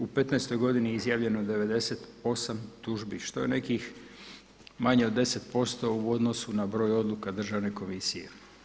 U petnaestoj godini je izjavljeno 98 tužbi što je nekih manje od 10% u odnosu na broj odluka Državne komisije.